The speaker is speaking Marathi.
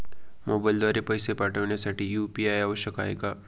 मोबाईलद्वारे पैसे पाठवण्यासाठी यू.पी.आय आवश्यक आहे का?